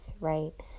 right